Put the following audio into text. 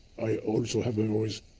i also have always,